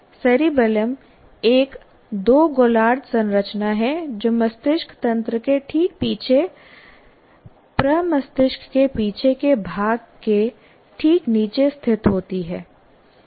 cerebellum एक दो गोलार्ध संरचना है जो मस्तिष्क तंत्र के ठीक पीछे प्रमस्तिष्क के पीछे के भाग के ठीक नीचे स्थित होती है